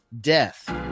death